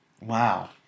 Wow